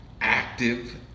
active